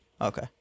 Okay